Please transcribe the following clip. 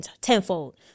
tenfold